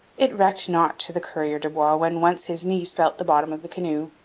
it recked not to the coureur de bois when once his knees felt the bottom of the canoe.